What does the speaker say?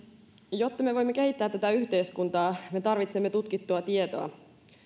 jotta me voimme kehittää tätä yhteiskuntaa me tarvitsemme tutkittua tietoa